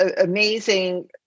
amazing